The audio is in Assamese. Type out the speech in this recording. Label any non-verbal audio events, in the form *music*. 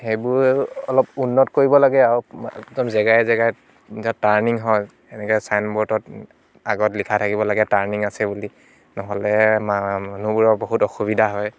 সেইবোৰ অলপ উন্নত কৰিব লাগে আৰু একদম জেগাই জেগাই *unintelligible* তাৰ্নিং হয় এনেকৈ চাইন বৰ্ডত আগত লিখা থাকিব লাগে তাৰ্নিং আছে বুলি ন'হলে মানুহবোৰৰ বহুত অসুবিধা হয়